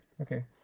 Okay